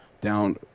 down